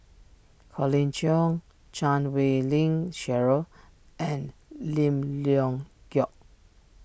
Colin Cheong Chan Wei Ling Cheryl and Lim Leong Geok